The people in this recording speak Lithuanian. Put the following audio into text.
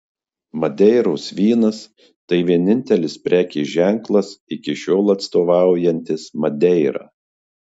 madeiros vynas tai vienintelis prekės ženklas iki šiol atstovaujantis madeirą